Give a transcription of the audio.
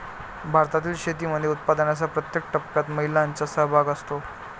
भारतातील शेतीमध्ये उत्पादनाच्या प्रत्येक टप्प्यात महिलांचा सहभाग असतो